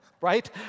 right